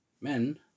Men